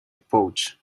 pouch